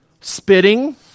spitting